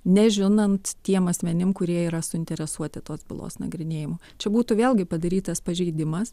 nežinant tiem asmenim kurie yra suinteresuoti tos bylos nagrinėjimu čia būtų vėlgi padarytas pažeidimas